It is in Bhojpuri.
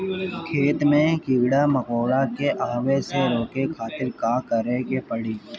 खेत मे कीड़ा मकोरा के आवे से रोके खातिर का करे के पड़ी?